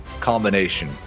combination